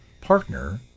partner